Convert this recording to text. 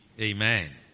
Amen